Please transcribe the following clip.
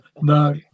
No